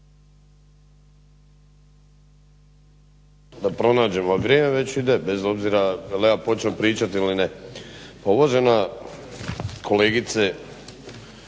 Hvala vam